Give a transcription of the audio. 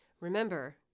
remember